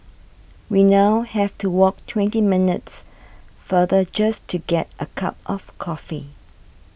we now have to walk twenty minutes farther just to get a cup of coffee